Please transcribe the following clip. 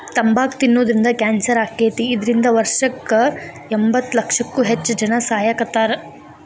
ತಂಬಾಕ್ ತಿನ್ನೋದ್ರಿಂದ ಕ್ಯಾನ್ಸರ್ ಆಕ್ಕೇತಿ, ಇದ್ರಿಂದ ವರ್ಷಕ್ಕ ಎಂಬತ್ತಲಕ್ಷಕ್ಕೂ ಹೆಚ್ಚ್ ಜನಾ ಸಾಯಾಕತ್ತಾರ